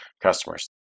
customers